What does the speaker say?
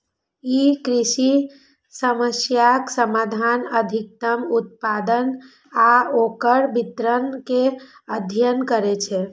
ई कृषि समस्याक समाधान, अधिकतम उत्पादन आ ओकर वितरण के अध्ययन करै छै